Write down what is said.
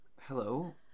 hello